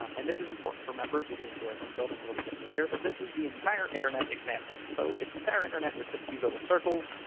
um and this is important to remember as we get into our link-building a little bit later. but this is the entire internet example. so if the entire internet were just these little circles,